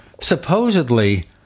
supposedly